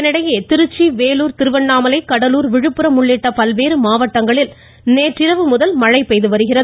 இதனிடையே திருச்சி வேலூர் திருவண்ணாமலை கடலூர் விழுப்புரம் உள்ளிட்ட பல்வேறு மாவட்டங்களில் நேற்றிரவு முதல் மழை பெய்து வருகிறது